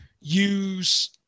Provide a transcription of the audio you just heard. use